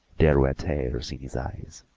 there were tears in his eyes.